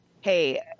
hey